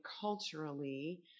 culturally